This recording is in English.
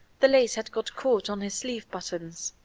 the lace had got caught on his sleeve buttons.